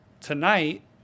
tonight